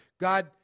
God